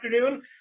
afternoon